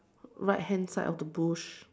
right hand side of the bush